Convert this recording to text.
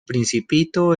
principito